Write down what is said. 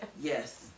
Yes